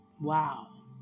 Wow